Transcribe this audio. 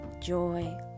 joy